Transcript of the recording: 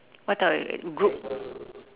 what type of group